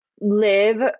live